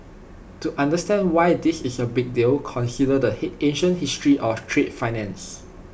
to understand why this is A big deal consider the heat ancient history of trade finance